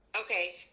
Okay